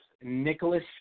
Nicholas